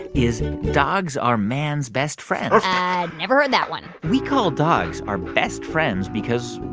is dogs are man's best friend never heard that one we call dogs are best friends because,